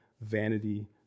Vanity